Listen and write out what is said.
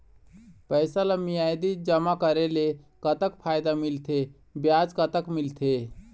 पैसा ला मियादी जमा करेले, कतक फायदा मिलथे, ब्याज कतक मिलथे?